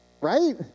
Right